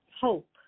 Hope